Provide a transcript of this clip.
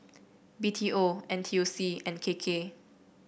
B T O N T U C and K K